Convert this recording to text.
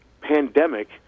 pandemic